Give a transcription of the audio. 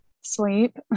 Sleep